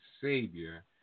Savior